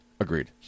agreed